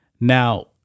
now